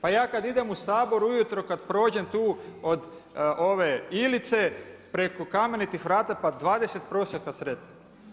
Pa ja kad idem u Sabor ujutro kad prođem tu od ove Ilice preko Kamenitih vrata pa 20 prosjaka sretnem?